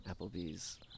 Applebee's